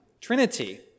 Trinity